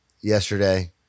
yesterday